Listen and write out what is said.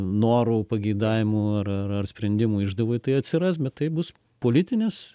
norų pageidavimų ar ar sprendimų išdavoj tai atsiras bet tai bus politinis